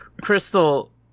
Crystal